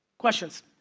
questions?